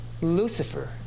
Lucifer